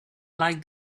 like